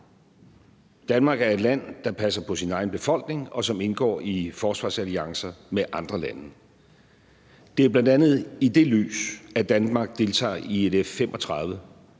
Danmark er et land, der passer på sin egen befolkning, og som indgår i forsvarsalliancer med andre lande, og det er jo bl.a. i det lys, at Danmark deltager i et